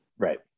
Right